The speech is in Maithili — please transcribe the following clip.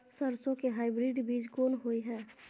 सरसो के हाइब्रिड बीज कोन होय है?